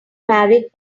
married